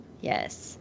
Yes